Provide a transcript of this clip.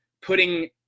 putting